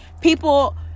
People